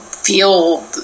feel